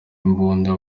imbunda